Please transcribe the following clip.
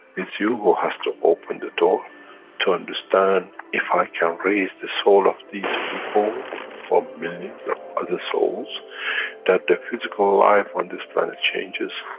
it's you who has to open the door to understand, if i can raise the soul of these people or millions of other souls that the physical life on this planet changes,